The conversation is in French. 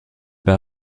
par